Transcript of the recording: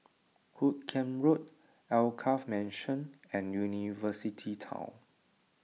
Hoot Kiam Road Alkaff Mansion and University Town